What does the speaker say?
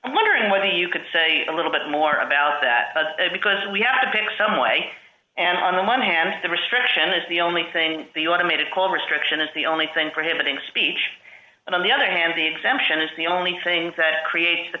wondering whether you could say a little bit more about that because we had been some way and on the one hand the restriction is the only thing the automated call restriction is the only thing for hitting speech and on the other hand the exemption is the only things that create the